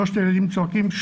שלושת הילדים צועקים,